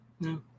No